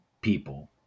people